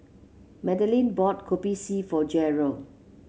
Madeleine bought Kopi C for Jeryl